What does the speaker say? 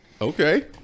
Okay